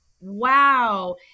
wow